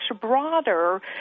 broader